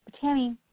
Tammy